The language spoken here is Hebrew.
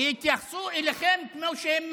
יתייחסו אליכם כמו שהם מרגישים.